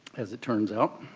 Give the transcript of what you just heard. as it turns out,